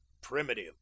primitive